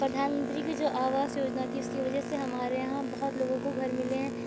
پردھان منتری کی جو آواس یوجنا تھی اس کی وجہ سے ہمارے یہاں بہت لوگوں کو گھر ملے ہیں